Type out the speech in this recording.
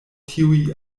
tiuj